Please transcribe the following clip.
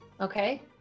Okay